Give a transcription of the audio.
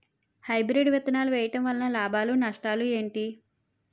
Hybrid విత్తనాలు వేయటం వలన లాభాలు నష్టాలు ఏంటి?